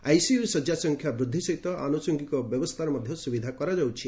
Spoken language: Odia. ଆଇସିୟୁ ଶଯ୍ୟା ସଂଖ୍ୟା ବୃଦ୍ଧି ସହିତ ଆନୁସଙ୍ଗୀକ ବ୍ୟବସ୍ଥାର ମଧ୍ୟ ସୁବିଧା କରାଯାଉଛି